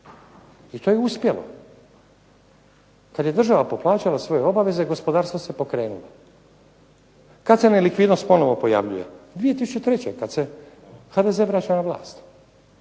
i to uspjelo. Kad je država poplaćala svoje obveze gospodarstvo se pokrenulo. Kad se nelikvidnost ponovno pojavljuje? 2003. kad se HDZ vraća na vlast.